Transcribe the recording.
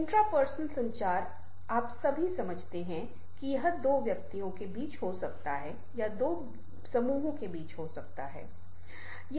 intrapersonal संचार आप सभी समझते हैं कि यह दो व्यक्तियों के बीच हो सकता है या दो समूहों के बीच हो सकता है